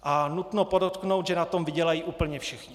A nutno podotknout, že na tom vydělají úplně všichni.